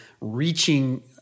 reaching